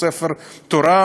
או ספר תורה,